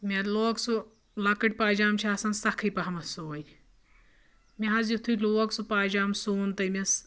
مےٚ لوگ سُہ لۄکٕٹۍ پجامہٕ چھِ آسان سَکھٕے پہمَتھ سُوٕنۍ مےٚ حظ یُتھُے لوگ سُہ پجامہٕ سُوُن تٔمِس